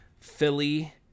Philly